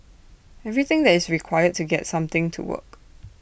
everything that is required to get something to work